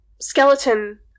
skeleton